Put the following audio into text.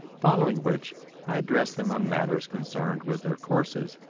following which i address them on matters concerned with their courses,